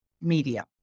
media